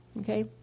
Okay